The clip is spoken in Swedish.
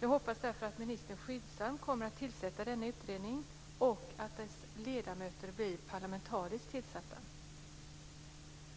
Jag hoppas därför att ministern skyndsamt kommer att tillsätta denna utredning och att dess ledamöter blir parlamentariskt tillsatta.